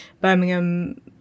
Birmingham